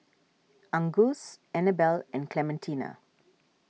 Angus Annabel and Clementina